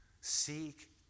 seek